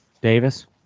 Davis